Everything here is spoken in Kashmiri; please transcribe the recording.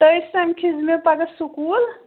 تُہۍ سَمکھِ زِ مےٚ پگاہ سکوٗل